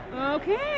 okay